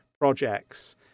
projects